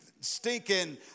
stinking